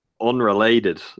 unrelated